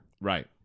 right